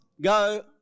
go